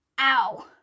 Ow